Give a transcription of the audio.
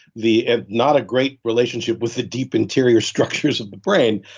the ah not a great relationship with the deep, interior structures of the brain,